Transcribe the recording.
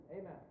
Amen